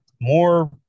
more